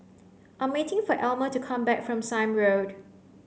I'm waiting for Almer to come back from Sime Road